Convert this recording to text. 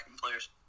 players